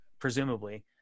presumably